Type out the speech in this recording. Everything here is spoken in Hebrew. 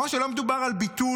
הוא אמר שלא מדובר על ביטול